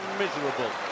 miserable